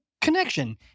connection